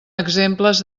exemples